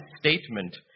statement